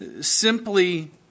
simply